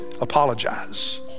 apologize